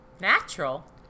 Natural